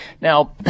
Now